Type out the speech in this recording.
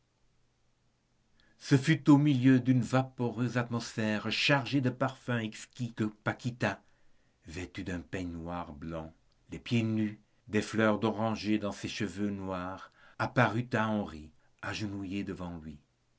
ce fut au milieu d'une vaporeuse atmosphère chargée de parfums exquis que paquita vêtue d'un peignoir blanc les pieds nus des fleurs d'oranger dans ses cheveux noirs apparut à henri agenouillée devant lui